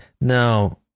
No